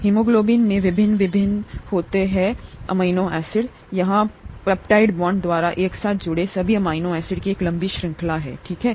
haemoglobin में विभिन्न विभिन्न होते हैं अमीनो एसिड यहाँ पेप्टाइड बांड द्वारा एक साथ जुड़े सभी अमीनो एसिड की एक लंबी श्रृंखला है ठीक है